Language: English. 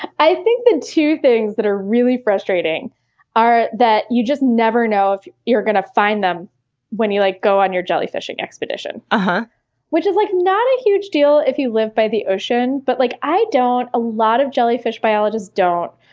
i think the two things that are really frustrating are that you just never know if you're going to find them when you like go on your jellyfishing expedition. but which is like not a huge deal if you live by the ocean, but like i don't and a lot of jellyfish biologist don't.